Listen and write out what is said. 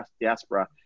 diaspora